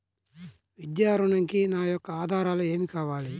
విద్యా ఋణంకి నా యొక్క ఆధారాలు ఏమి కావాలి?